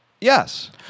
Yes